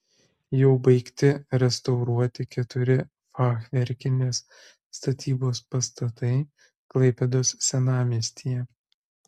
jau baigti restauruoti keturi fachverkinės statybos pastatai klaipėdos senamiestyje